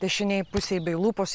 dešinėj pusėj bei lūpos